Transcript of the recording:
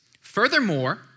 Furthermore